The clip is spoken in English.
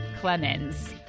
Clemens